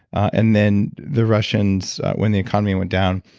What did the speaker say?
and then, the russians, when the economy went down,